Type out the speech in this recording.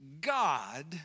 God